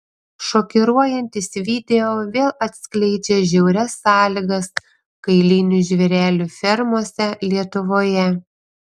šokiruojantis video vėl atskleidžia žiaurias sąlygas kailinių žvėrelių fermose lietuvoje